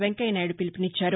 వెంకయ్య నాయుడు పిలుపునిచ్చారు